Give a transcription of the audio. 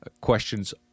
questions